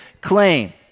claim